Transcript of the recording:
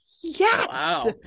Yes